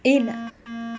ஏனா:yenaa